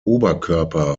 oberkörper